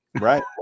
Right